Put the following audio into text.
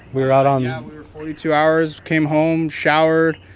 we were out on. yeah, we were forty two hours. came home, showered,